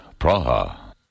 Praha